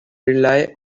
rely